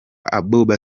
abouba